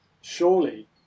Surely